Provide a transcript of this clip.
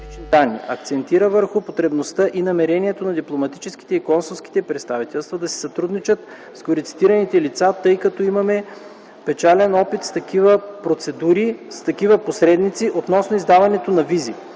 данни. Акцентира върху потребността и намерението на дипломатическите и консулските представителства да си сътрудничат с горецитираните лица, тъй като имаме печален опит с такива посредници, относно издаването на визи.